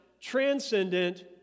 transcendent